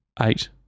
Eight